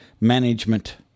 management